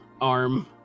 arm